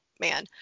man